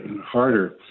harder